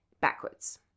backwards